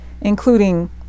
including